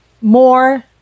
more